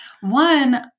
One